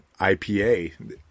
ipa